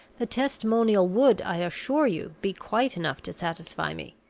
the testimonial would, i assure you, be quite enough to satisfy me.